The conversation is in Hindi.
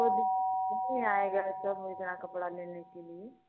तो दी कैसे आएगा सब वो इतना कपड़ा लेने के लिए